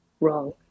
wrong